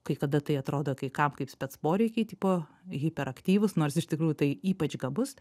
kai kada tai atrodo kai kam kaip spec poreikiai tipo hiperaktyvūs nors iš tikrųjų tai ypač gabus